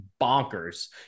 bonkers